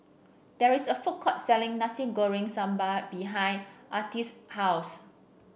there is a food court selling Nasi Goreng Sambal behind Artie's house